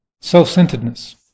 self-centeredness